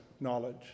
knowledge